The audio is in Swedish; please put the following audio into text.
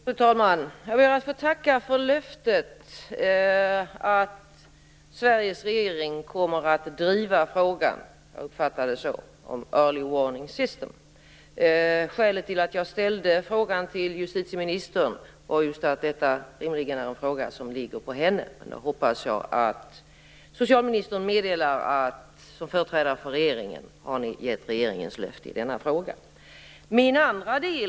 Fru talman! Jag ber att få tacka för löftet att Sveriges regering kommer att driva frågan om Early warning system. Skälet till att jag ställde frågan till justitieministern var just att detta område rimligen är en fråga som ligger på hennes bord. Nu hoppas jag att socialministern i hennes roll som företrädare för regeringen har gett regeringens löfte i denna fråga.